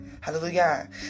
Hallelujah